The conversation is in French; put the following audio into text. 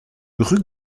rue